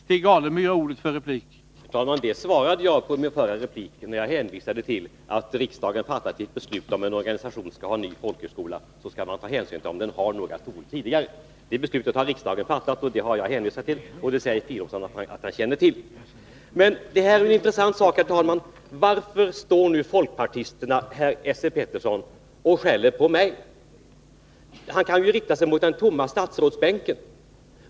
Herr talman! Jag svarade i min förra replik på Filip Fridolfssons fråga, när jag hänvisade till att riksdagen har fattat ett beslut om att man när en organisation startar en ny folkhögskola skall ta hänsyn till om den har några skolor tidigare. Och Filip Fridolfsson sade att han känner till det beslutet. Här har vi en intressant sak, herr talman. Varför står folkpartisten Esse Petersson här och skäller på mig? Han kan ju rikta sig mot den tomma statsrådsbänken.